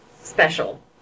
special